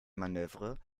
manoeuvre